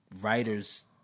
writers